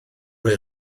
neu